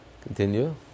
continue